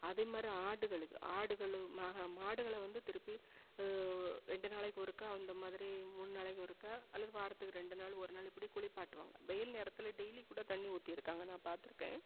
அதே மாதிரி ஆடுகளுக்கு ஆடுகள் மா மாடுகளை வந்து திருப்பி ரெண்டு நாளைக்கு ஒருக்கா அந்த மாதிரி மூணு நாளைக்கு ஒருக்கா அல்லது வாரத்துக்கு ரெண்டு நாள் ஒரு நாள் இப்படி குளிப்பாட்டுவாங்க வெயில் நேரத்தில் டெய்லி கூட தண்ணி ஊத்தியிருக்காங்க நான் பார்த்துருக்கேன்